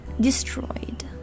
destroyed